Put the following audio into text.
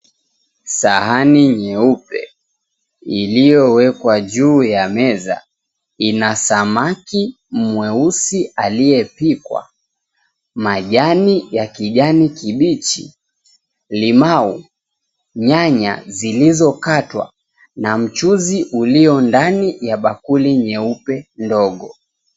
Sahani nyeupe iliyowekwa juu ya meza ina samaki mweusi aliyepikwa, majani ya kijani kibichi, limau, nyanya zilizokatwakatwa na mchuuzi uliyo ndani ya bakuli nyeupe ndogo.